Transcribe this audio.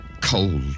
cold